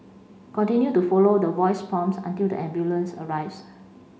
continue to follow the voice prompts until the ambulance arrives